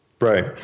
Right